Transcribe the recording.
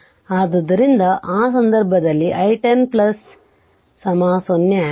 ಆದ್ದರಿಂದ ಆ ಸಂದರ್ಭದಲ್ಲಿ i 1 0 0 ಆಂಪಿಯರ್